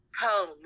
Home